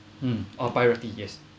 mm or priority yes